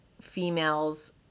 females